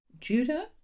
Judah